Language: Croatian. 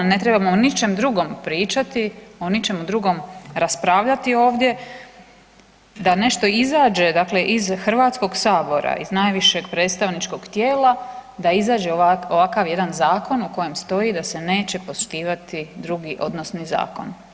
Ne trebamo o ničem drugom pričati, o ničemu drugom raspravljati ovdje da nešto izađe dakle iz Hrvatskog sabora iz najvišeg predstavničkog tijela da izađe ovakav jedan zakon u kojem stoji da se neće poštivati drugi odnosni zakon.